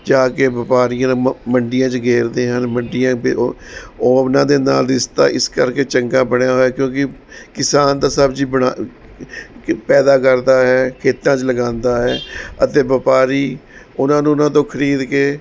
ਜਾ ਕੇ ਵਪਾਰੀਆਂ ਮ ਮੰਡੀਆਂ 'ਚ ਗੇਰਦੇ ਹਨ ਮੰਡੀਆਂ ਦੇ ਉ ਉਹ ਉਨ੍ਹਾਂ ਦੇ ਨਾਲ ਰਿਸ਼ਤਾ ਇਸ ਕਰਕੇ ਚੰਗਾ ਬਣਿਆ ਹੋਇਆ ਕਿਉਂਕਿ ਕਿਸਾਨ ਤਾਂ ਸਬਜ਼ੀ ਬਣਾ ਕੇ ਪੈਦਾ ਕਰਦਾ ਹੈ ਖੇਤਾਂ 'ਚ ਲਗਾਉਂਦਾ ਹੈ ਅਤੇ ਵਪਾਰੀ ਉਹਨਾਂ ਨੂੰ ਉਹਨਾਂ ਤੋਂ ਖਰੀਦ ਕੇ